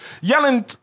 yelling